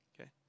Okay